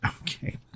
Okay